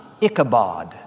Ichabod